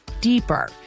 deeper